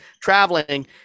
traveling